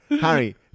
Harry